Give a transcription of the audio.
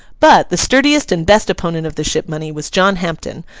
but, the sturdiest and best opponent of the ship money was john hampden,